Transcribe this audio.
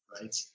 right